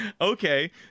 Okay